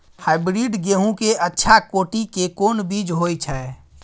Hybrid गेहूं के अच्छा कोटि के कोन बीज होय छै?